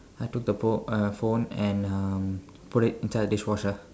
I took the phone uh phone and um put it inside the dishwasher